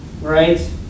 Right